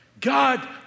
God